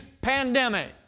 pandemic